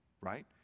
right